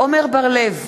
עמר בר-לב,